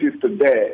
today